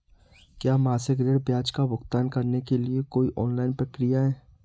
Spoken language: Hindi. क्या मासिक ऋण ब्याज का भुगतान करने के लिए कोई ऑनलाइन प्रक्रिया है?